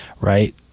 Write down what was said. right